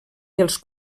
els